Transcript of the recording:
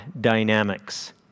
dynamics